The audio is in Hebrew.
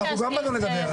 אנחנו גם באנו לדבר.